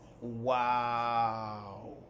Wow